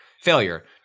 Failure